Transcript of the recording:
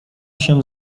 się